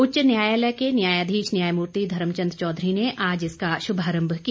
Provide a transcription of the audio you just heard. उच्च न्यायालय के न्यायाधीश न्यायमूर्ति धर्मचंद चौधरी ने आज इसका शुभारंभ किया